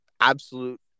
absolute